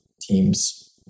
teams